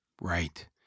Right